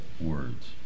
words